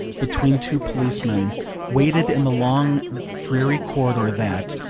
between two policemen waited in the long dreary corridor that,